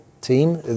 team